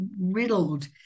riddled